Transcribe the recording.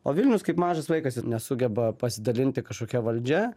o vilnius kaip mažas vaikas jis nesugeba pasidalinti kažkokia valdžia